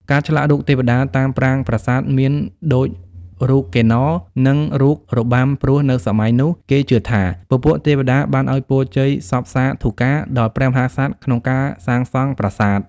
ការឆ្លាក់រូបទេវតាតាមប្រាង្គប្រាសាទមានដូចរូបកិន្នរ និងរូបរបាំព្រោះនៅសម័យនោះគេជឿថាពពួកទេវតាបានឲ្យពរជ័យសព្ទសាធុកាដល់ព្រះមហាក្សត្រក្នុងការសាងសង់ប្រាសាទ។